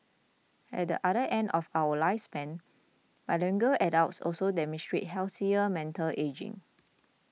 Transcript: at the other end of our lifespan bilingual adults also demonstrate healthier mental ageing